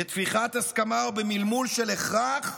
בטפיחת הסכמה ובמלמול של הכרח,